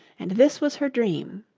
and this was her dream